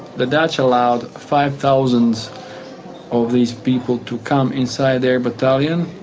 the dutch allowed five thousand of these people to come inside their battalion,